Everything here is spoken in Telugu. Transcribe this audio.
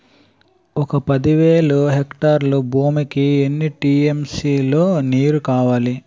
ఒక పది వేల హెక్టార్ల భూమికి ఎన్ని టీ.ఎం.సీ లో నీరు కావాలి?